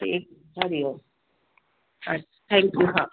ठीकु हरिओम अछा थैंक्यू हा